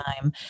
time